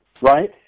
right